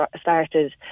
started